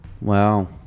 Wow